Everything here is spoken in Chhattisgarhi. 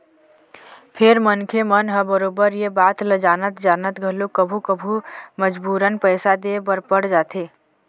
फेर मनखे मन ह बरोबर ये बात ल जानत जानत घलोक कभू कभू मजबूरन पइसा दे बर पड़ जाथे